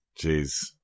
Jeez